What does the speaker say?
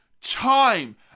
time